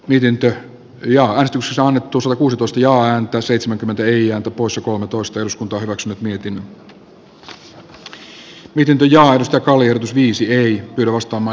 yhdet ja valaistussa annettu ole onnistunut ensi vuoden talousarviossaan parantamaan talouskasvun edellytyksiä työllisyyttä sosiaalista oikeudenmukaisuutta ja joka oli viisi eli perustama